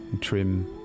trim